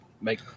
make